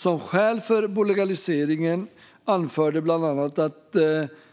Som skäl för bolagiseringen anfördes bland annat att